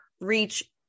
reach